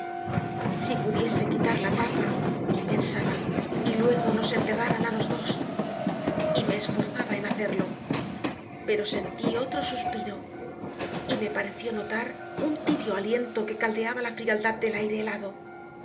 si pudiese quitar la tapa pensaba y luego nos enterraran a los dos y me esforzaba en hacerlo pero sentí otro suspiro y me pareció notar un tibio aliento que caldeaba la frialdad del aire helado